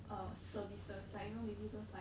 uh services like you know maybe those like